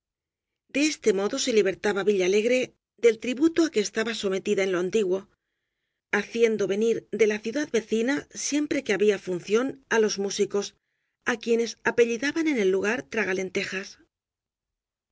de este modo se li bertaba villalegre del tributo á que estaba some tida en lo antiguo haciendo venir de la ciudad ve cina siempre que había función á los músicos á quienes apellidaban en el lugar